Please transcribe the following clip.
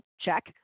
Check